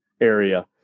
area